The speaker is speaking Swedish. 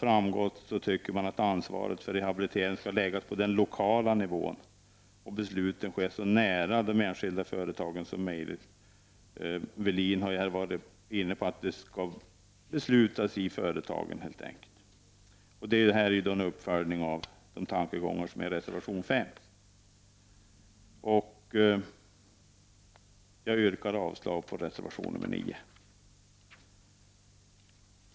Man tycker att ansvaret för rehabilitering skall läggas på den lokala nivån och besluten ske så nära de enskilda företagen som möjligt. Kjell-Arne Welin har ju varit inne på att besluten helt enkelt skall fattas i företagen. Detta är då en uppföljning av de tankegångar som återfinns i reservation 5. Jag yrkar avslag på reservation 9.